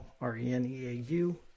R-E-N-E-A-U